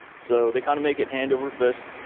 so they kind of make it hand over fist.